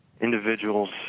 individuals